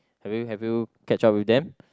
have you have you catch up with them